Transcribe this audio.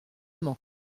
mans